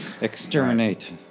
Exterminate